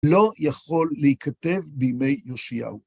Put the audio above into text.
לא יכול להיכתב בימי יאשיהו.